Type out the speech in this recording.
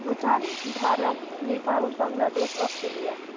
Bhutan Bharat Nepal Bangladesh Australia